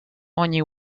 ogni